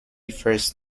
first